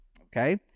Okay